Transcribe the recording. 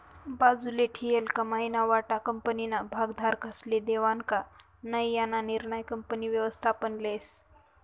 बाजूले ठीयेल कमाईना वाटा कंपनीना भागधारकस्ले देवानं का नै याना निर्णय कंपनी व्ययस्थापन लेस